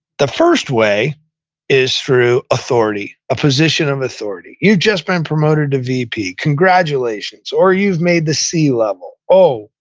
the first way is through authority, a position of authority. you've just been promoted to vp, congratulations. or you've made the c-level. oh,